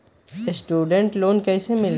Student loan कैसे मिली?